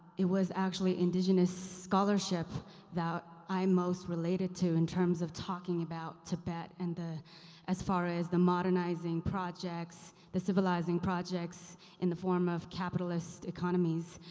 it was actually indigenous scholarship that i'm most related to in terms of talking about tibet and as far as the modernizing projects, the civilizing projects in the form of capitalist economies,